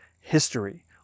history